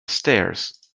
stairs